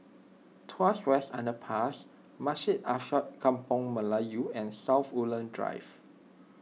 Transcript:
Tuas West Underpass Masjid Alkaff Kampung Melayu and South Woodlands Drive